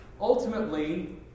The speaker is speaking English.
ultimately